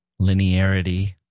linearity